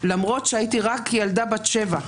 למרות שהייתי רק ילדה בת שבע.